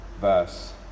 verse